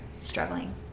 struggling